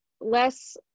less